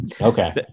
Okay